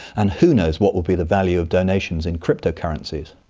and who knows what will be the value of donations in crypto currencies?